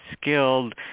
skilled